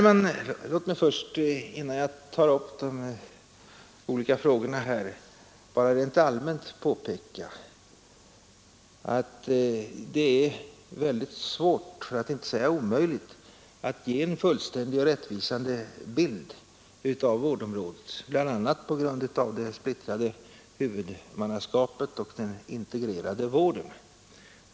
Men låt mig innan jag tar upp de olika frågorna i detta sammanhang bara rent allmänt påpeka, att det är mycket svårt för att inte säga omöjligt, att ge en fullständig och rättvisande bild av vårdområdet, bl.a. på grund av det splittrade huvudmannaskapet och den integrerade vården.